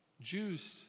Jews